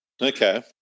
Okay